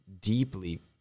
deeply